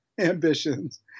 ambitions